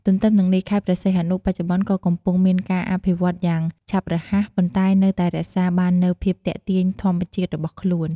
ទទ្ទឹមនឹងនេះ ខេត្តព្រះសីហនុបច្ចុប្បន្នក៏កំពុងមានការអភិវឌ្ឍន៍យ៉ាងឆាប់រហ័ស ប៉ុន្តែនៅតែរក្សាបាននូវភាពទាក់ទាញធម្មជាតិរបស់ខ្លួន។